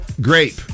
Grape